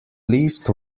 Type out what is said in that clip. least